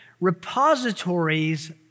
repositories